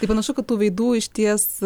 tai panašu kad tų veidų išties